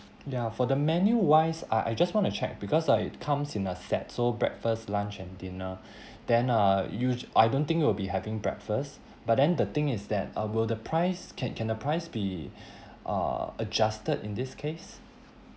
ya for the menu-wise uh I just want to check because uh it comes in a set so breakfast lunch and dinner then uh usu~ I don't think it will be having breakfast but then the thing is that uh will the price can can the price be uh adjusted in this case